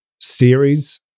series